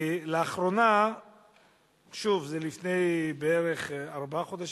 לאחרונה, שוב, זה לפני בערך ארבעה חודשים,